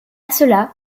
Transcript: cela